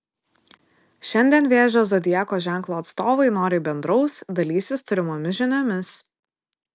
šiandien vėžio zodiako ženklo atstovai noriai bendraus dalysis turimomis žiniomis